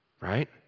right